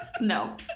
No